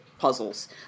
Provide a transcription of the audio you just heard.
puzzles